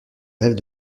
rêves